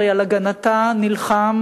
הרי על הגנתה נלחם